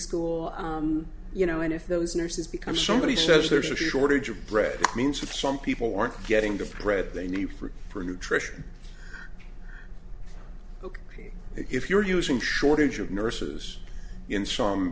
school you know and if those nurses become somebody says there's a shortage of bread that means that some people aren't getting the prep they need for for nutrition ok if you're using shortage of nurses in some